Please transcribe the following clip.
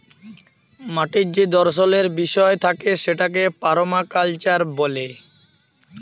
মাটির যে দর্শলের বিষয় থাকে সেটাকে পারমাকালচার ব্যলে